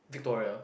Victoria